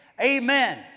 Amen